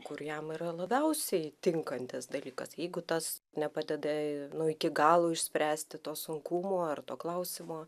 kur jam yra labiausiai tinkantis dalykas jeigu tas nepadeda nu iki galo išspręsti to sunkumo ar to klausimo